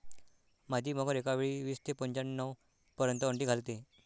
मादी मगर एकावेळी वीस ते पंच्याण्णव पर्यंत अंडी घालते